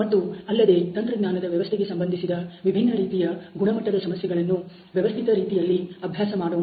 ಮತ್ತು ಅಲ್ಲದೆ ತಂತ್ರಜ್ಞಾನದ ವ್ಯವಸ್ಥೆಗೆ ಸಂಬಂಧಿಸಿದ ವಿಬಿನ್ನ ರೀತಿಯ ಗುಣಮಟ್ಟದ ಸಮಸ್ಯೆಗಳನ್ನು ವ್ಯವಸ್ಥಿತ ರೀತಿಯಲ್ಲಿ ಅಭ್ಯಾಸ ಮಾಡೋಣ